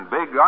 Big